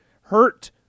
hurt